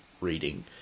reading